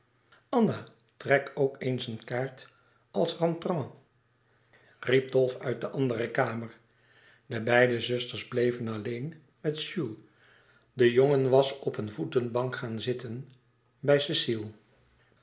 anna trek ook eens een kaart als rentrant riep dolf uit de andere kamer louis couperus extaze een boek van geluk de beide zusters bleven alleen met jules de jongen was op een voetenbank gaan zitten bij cecile